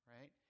right